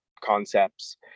concepts